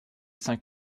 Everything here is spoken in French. cinq